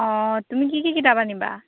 অঁ তুমি কি কি কিতাপ আনিবা